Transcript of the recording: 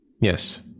Yes